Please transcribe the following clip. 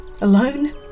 alone